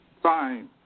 Fine